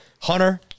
Hunter